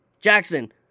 Jackson